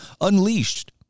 unleashed